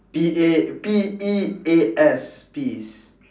P A P E A S peas